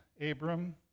Abram